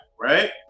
right